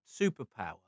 superpower